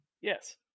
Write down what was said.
Yes